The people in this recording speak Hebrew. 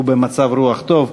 הוא במצב רוח טוב,